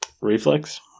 Reflex